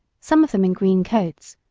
some of them in green coats,